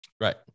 Right